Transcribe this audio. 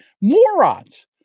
morons